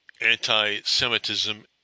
Anti-Semitism